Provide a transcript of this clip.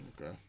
Okay